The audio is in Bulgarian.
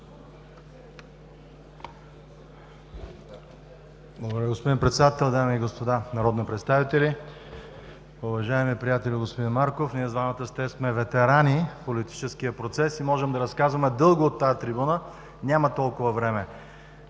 Благодаря, господин Председател. Дами и господа народни представители! Уважаеми приятелю, господин Марков! Двамата с теб сме ветерани в политическия процес и можем да разказваме дълго от тази трибуна – няма толкова време.